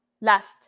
last